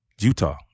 Utah